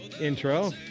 intro